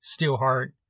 Steelheart